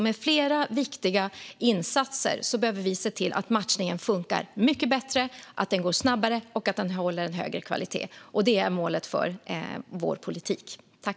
Med flera viktiga insatser behöver vi se till att matchningen funkar mycket bättre, att den går snabbare och att den håller en högre kvalitet. Det är målet för vår politik.